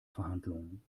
verhandlungen